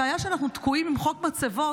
הבעיה היא שאנחנו תקועים עם חוק מצבות,